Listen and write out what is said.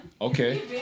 Okay